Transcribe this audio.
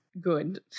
good